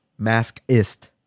Maskist